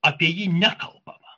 apie jį nekalbama